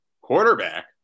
quarterback